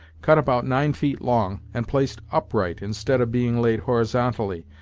cut about nine feet long, and placed upright, instead of being laid horizontally,